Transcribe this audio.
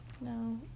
No